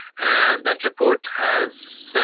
and that report has